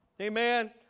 amen